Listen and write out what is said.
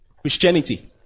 Christianity